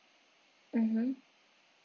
mmhmm